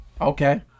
Okay